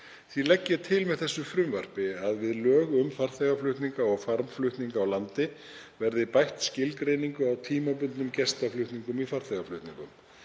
Því legg ég til með þessu frumvarpi að við lög um farþegaflutninga og farmflutninga á landi verði bætt skilgreiningu á tímabundnum gestaflutningum í farþegaflutningum.